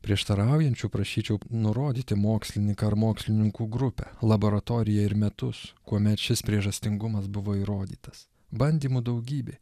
prieštaraujančių prašyčiau nurodyti mokslininką ar mokslininkų grupę laboratoriją ir metus kuomet šis priežastingumas buvo įrodytas bandymų daugybė